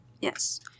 Yes